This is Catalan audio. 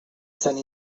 sant